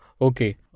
Okay